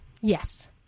Yes